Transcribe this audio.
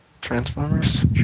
Transformers